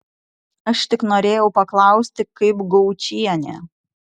aš tik norėjau paklausti kaip gaučienė